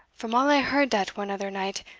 from all i heard dat one other night,